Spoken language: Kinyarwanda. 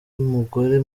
mugore